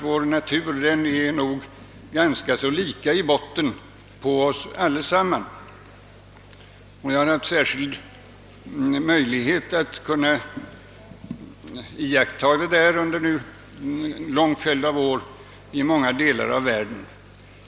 Vår natur är nog ganska lika i botten på oss allesamman. Jag har haft särskild möjlighet att iakttaga detta under en lång följd av år i många delar av världen.